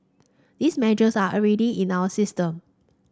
these measures are already in our system